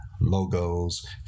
logos